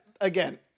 Again